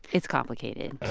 it's complicated.